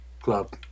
club